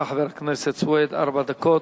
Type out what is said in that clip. חבר הכנסת סוייד, לרשותך ארבע דקות.